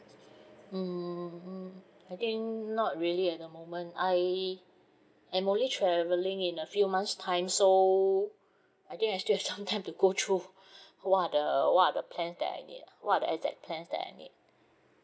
mm I think not really at the moment I I'm only travelling in a few months time so I think I've just some time to go through what are the what are the plan that I need what are the exact plans that I need